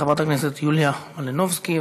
חברת הכנסת יוליה מלינובסקי,